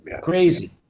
crazy